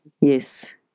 Yes